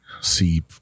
see